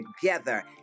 together